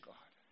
God